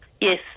yes